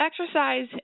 exercise